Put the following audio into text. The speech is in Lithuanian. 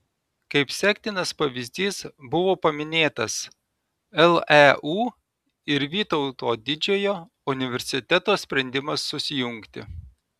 kaip sektinas pavyzdys buvo paminėtas leu ir vytauto didžiojo universiteto sprendimas susijungti